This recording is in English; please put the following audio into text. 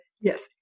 Yes